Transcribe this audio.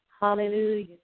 Hallelujah